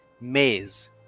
maze